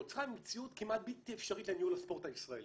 נוצרה מציאות כמעט בלתי אפשרית לניהול הספורט הישראלי.